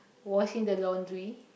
washing the laundry